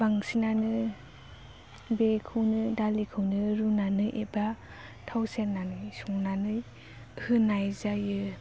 बांसिनानो बेखौनो दालिखौनो रुनानै एबा थाव सेरनानै संनानै होनाय जायो